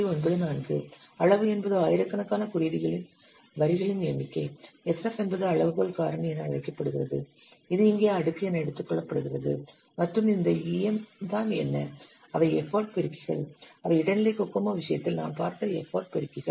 94 அளவு என்பது ஆயிரக்கணக்கான குறியீடுகளின் வரிகளின் எண்ணிக்கை sf என்பது அளவுகோல் காரணி என அழைக்கப்படுகிறது இது இங்கே அடுக்கு என எடுத்துக் கொள்ளப்படுகிறது மற்றும் இந்த em தான் என்ன அவை எஃபர்ட் பெருக்கிகள் அவை இடைநிலை கோகோமோ விஷயத்தில் நாம் பார்த்த எஃபர்ட் பெருக்கிகள்